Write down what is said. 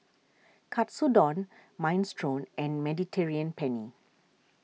Katsudon Minestrone and Mediterranean Penne